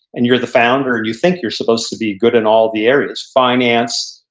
and you're the founder and you think you're supposed to be good in all the areas. finance,